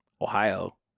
Ohio